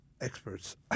experts